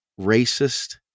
racist